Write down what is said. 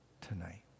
tonight